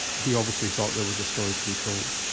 he obviously thought there was a story to be told.